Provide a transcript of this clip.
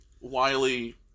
Wiley